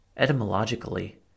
Etymologically